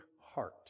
heart